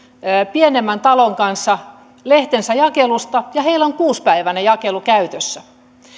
pienemmän talon kanssa lehtensä jakelusta ja heillä on kuusipäiväinen jakelu käytössä